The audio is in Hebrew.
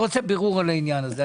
בירור על העניין הזה.